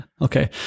Okay